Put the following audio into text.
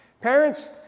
Parents